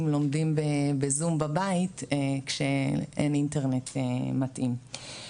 לומדים בזום בבית כשאין אינטרנט מתאים.